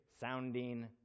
sounding